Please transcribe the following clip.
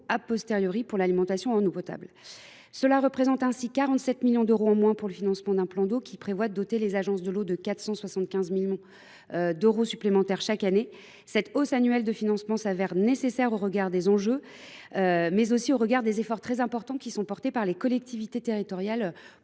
traiter l’eau pour l’alimentation en eau potable. Cela représente une diminution de 47 millions d’euros pour le financement d’un plan Eau qui prévoit de doter les agences de l’eau de 475 millions d’euros supplémentaires chaque année. Cette hausse annuelle du financement se révèle nécessaire au regard des enjeux, mais aussi des efforts très importants que doivent supporter les collectivités territoriales